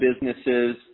businesses